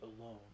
alone